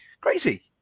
Crazy